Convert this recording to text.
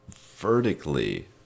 vertically